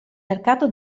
mercato